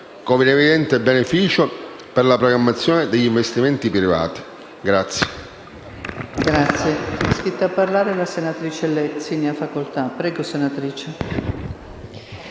con evidente beneficio per la programmazione degli investimenti privati.